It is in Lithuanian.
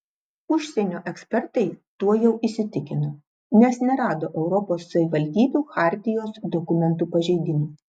užsienio ekspertai tuo jau įsitikino nes nerado europos savivaldybių chartijos dokumentų pažeidimų